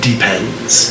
Depends